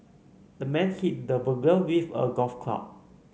the man hit the burglar with a golf club